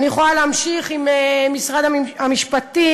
ואני יכולה להמשיך עם משרד המשפטים,